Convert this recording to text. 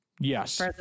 Yes